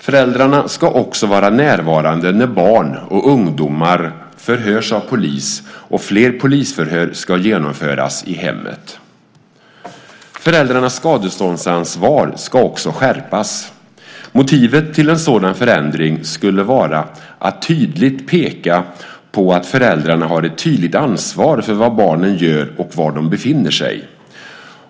Föräldrarna ska också vara närvarande när barn och ungdomar förhörs av polis, och fler polisförhör ska genomföras i hemmet. Föräldrarnas skadeståndsansvar ska också skärpas. Motivet till en sådan förändring skulle vara att tydligt peka på att föräldrarna har ett tydligt ansvar för vad barnen gör och var de befinner sig.